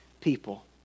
people